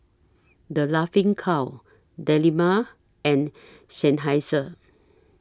The Laughing Cow Dilmah and Seinheiser